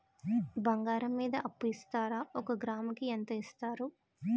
బంగారం మీద అప్పు ఇస్తారా? ఒక గ్రాము కి ఎంత ఇస్తారు?